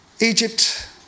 Egypt